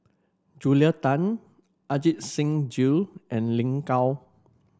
Julia Tan Ajit Singh Gill and Lin Gao